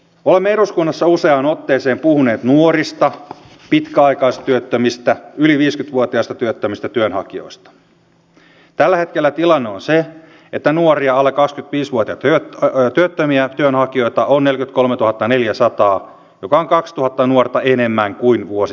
olemme eduskunnassa useaan otteeseen puhuneet nuorista pitkäaikaistyöttömistä yli viisi menemättä sen enempää historiaan uskallan kolmannen kerran todeta että nuoria alkaa typpi suhde työ tai työttömiä työnhakijoita on yli kolmetuhattaneljäsataa pinkan kaksituhatta nuorta enemmän kuin vuosi